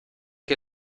que